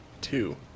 Two